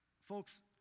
Folks